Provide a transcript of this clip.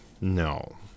No